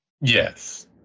Yes